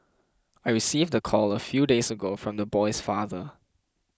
I received the call a few days ago from the boy's father